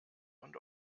want